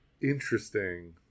Interesting